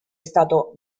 stato